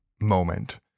moment